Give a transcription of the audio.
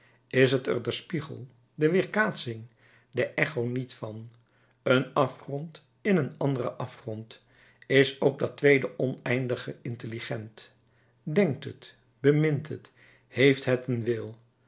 is het er de spiegel de weerkaatsing de echo niet van een afgrond in een anderen afgrond is ook dat tweede oneindige intelligent denkt het bemint het heeft het een wil